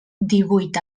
divuit